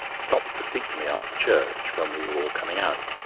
stopped to speak to me after church, when we were all coming out.